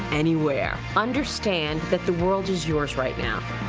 anywhere. understand that the world is yours right now.